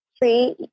three